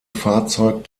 fahrzeug